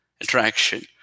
attraction